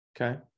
Okay